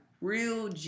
real